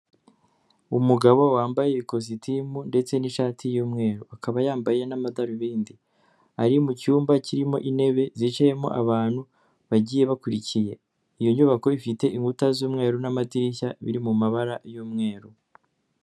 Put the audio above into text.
Umugabo wambaye ikositimu ndetse n'ishati y'umweru akaba yambaye n'amadarubindi ari mu cyumba kirimo intebe zicayemo abantu bagiye bakurikiye, iyo nyubako ifite inkuta z'umweru n'amadirishya biri mu mabara y'umweru.